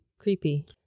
creepy